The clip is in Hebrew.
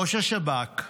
ראש השב"כ,